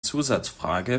zusatzfrage